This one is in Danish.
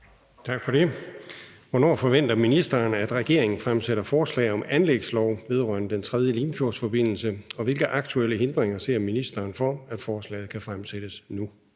Tak for det. Hvornår forventer ministeren, at regeringen fremsætter forslag om anlægslov vedrørende den 3. Limfjordsforbindelse – og hvilke aktuelle hindringer ser ministeren for, at forslaget kan fremsættes nu?